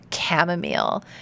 chamomile